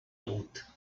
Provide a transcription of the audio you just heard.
août